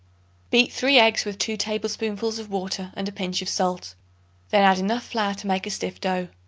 beat three eggs with two tablespoonfuls of water and a pinch of salt then add enough flour to make a stiff dough.